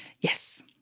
Yes